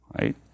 Right